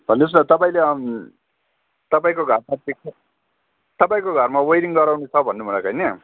भन्नुहोस् न तपाईँले तपाईँको घर तपाईँको घरमा वाइरिङ गराउनु छ भन्नुभएको होइन